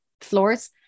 floors